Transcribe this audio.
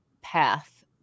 path